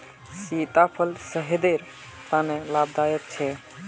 सीताफल सेहटर तने लाभदायक छे